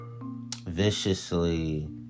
viciously